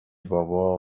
بابا